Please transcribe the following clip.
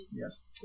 Yes